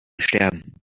sterben